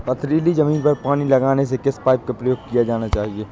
पथरीली ज़मीन पर पानी लगाने के किस पाइप का प्रयोग किया जाना चाहिए?